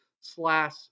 slash